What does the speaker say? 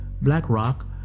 BlackRock